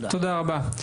תודה רבה.